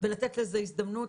ולתת לזה הזדמנות.